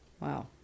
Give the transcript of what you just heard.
Wow